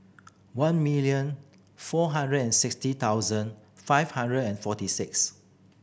one million four hundred and sixty thousand five hundred and forty six